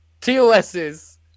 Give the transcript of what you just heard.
Tos's